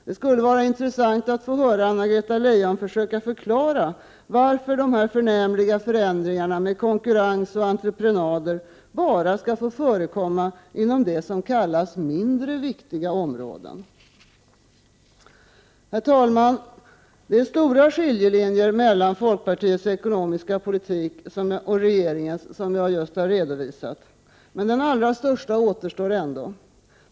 Det skulle vara intressant att få höra Anna-Greta Leijon försöka förklara varför dessa förnämliga förändringar med konkurrens och entreprenader bara skall få förekomma inom det som kallas mindre viktiga områden. Herr talman! Det är stora skiljelinjer mellan folkpartiets ekonomiska politik och regeringens, som jag just har redovisat. Men den största återstår ändå.